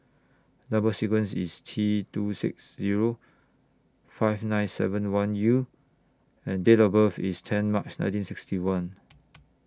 Number sequence IS T two six Zero five nine seven one U and Date of birth IS ten March nineteen sixty one